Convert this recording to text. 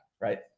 right